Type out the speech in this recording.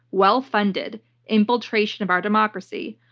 well-funded infiltration of our democracy,